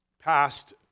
passed